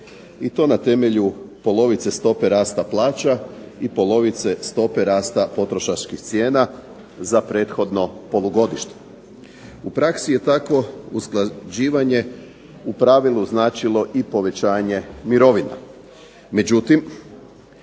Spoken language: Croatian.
i to na temelju polovice stope rasta plaća i polovice stope rasta potrošačkih cijena za prethodno polugodište. U praksi je tako usklađivanje u pravilu značilo i povećanje mirovina.